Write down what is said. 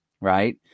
right